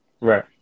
right